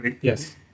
Yes